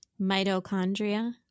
mitochondria